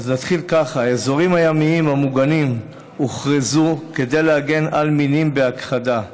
אז נתחיל ככה: האזורים הימיים המוגנים הוכרזו כדי להגן על מינים בהכחדה,